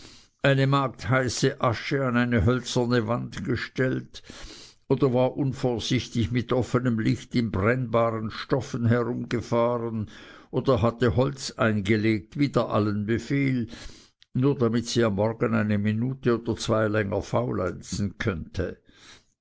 eine magd heiße asche an eine hölzerne wand gestellt oder war unvorsichtig mit offenem lichte in brennbaren stoffen herumgefahren oder hatte holz eingelegt wider allen befehl nur damit sie am morgen eine minute oder zwei länger faulenzen könnte